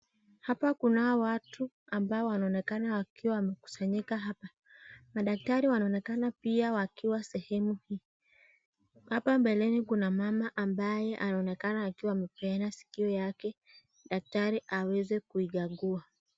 Hapa kunao watu ambao wanaonekana wakiwa wamekusanyika hapa, daktari wanaonekana pia wakiwa sehemu hii, hapa mbeleni kuna mama ambaye anaonekana akiwa amepeana sikio lake daktari aweze kuikagua.